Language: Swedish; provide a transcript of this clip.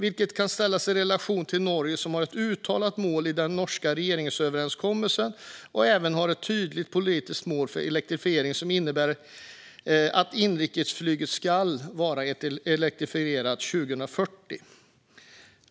Det kan ställas i relation till Norge som har ett uttalat mål i den norska regeringsöverenskommelsen och även ett tydligt politiskt mål för elflyg som innebär att inrikesflyget ska vara elektrifierat 2040.